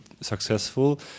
successful